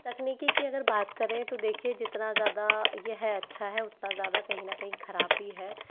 तकनीकी की अगर बात करें तो देखिए जितना ज़्यादा ये है अच्छा है उतना ज़्यादा कहीं ना कहीं खराब भी है